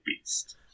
Beast